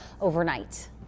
overnight